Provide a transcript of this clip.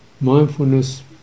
mindfulness